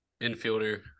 infielder